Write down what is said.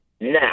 Now